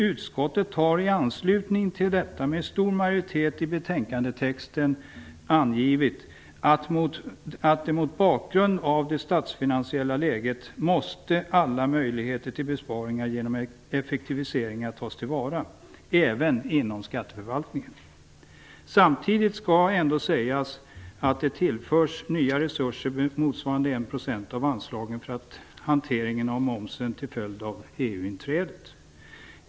Utskottet har i anslutning till detta med stor majoritet angivit i betänkandet att mot bakgrund av det statsfinansiella läget måste alla möjligheter till besparingar genom effektiviseringar tas tillvara även inom skatteförvaltningen. Samtidigt skall sägas att nya resurser, motsvarande en procent av anslagen, tillförs för hanteringen av momsen till följd av EU-inträdet.